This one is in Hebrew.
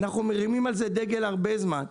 אנחנו מרימים על זה דגל הרבה זמן.